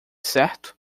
certo